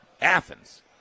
Athens